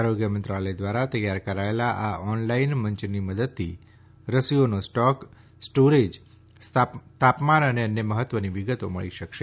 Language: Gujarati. આરોગ્ય મંત્રાલય દ્વારા તૈયાર કરાયેલા આ ઓનલાઈન મંચની મદદથી રસીઓનો સ્ટોક સ્ટોરેજ તાપમાન અને અન્ય મહત્વની વિગતો મળી શકશે